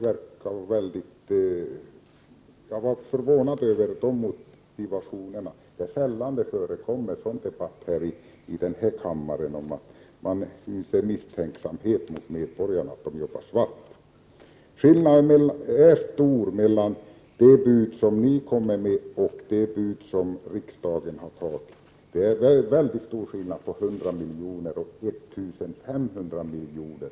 Jag blev förvånad över de diversionerna. Det är sällan det förekommer sådan debatt i denna kammare, att man hyser misstänksamhet mot medborgarna och tror att de jobbar svart. Skillnaden är stor mellan det bud som ni kommer med och det bud som riksdagen har tagit. Det är väldigt stor skillnad mellan 100 miljoner och 1 500 miljoner.